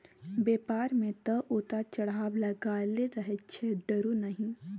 बेपार मे तँ उतार चढ़ाव लागलै रहैत छै डरु नहि